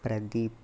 Pradeep